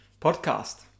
podcast